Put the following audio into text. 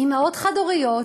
אימהות חד-הוריות,